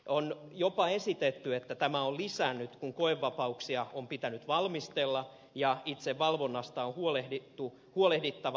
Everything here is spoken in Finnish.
on jopa esitetty että tämä on niitä lisännyt kun koevapauksia on pitänyt valmistella ja itse valvonnasta on huolehdittava